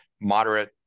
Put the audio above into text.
moderate